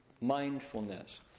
mindfulness